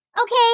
Okay